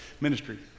ministry